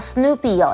Snoopy